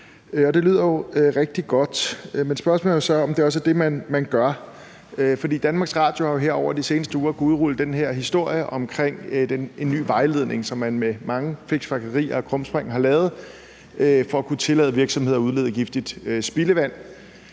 Det lyder jo rigtig godt. Spørgsmålet er så, om det også er det, man gør. DR har jo her hen over de sidste uger udrullet den her historie om en ny vejledning, som man med mange fiksfakserier og krumspring har lavet for at kunne tillade virksomheder at udlede giftigt spildevand